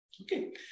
Okay